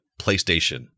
PlayStation